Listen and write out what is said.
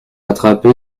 attrapé